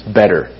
better